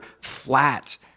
flat